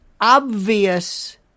obvious